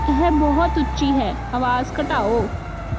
ਇਹ ਬਹੁਤ ਉੱਚੀ ਹੈ ਆਵਾਜ਼ ਘਟਾਓ